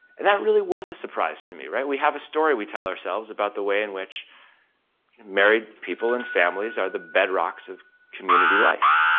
and that really was a surprise to me, we have a story we tell ourselves about the way in which married people and families are the bedrocks of community life.